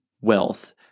wealth